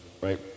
right